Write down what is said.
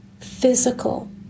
Physical